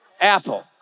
Apple